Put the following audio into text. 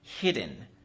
Hidden